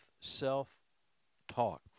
self-talk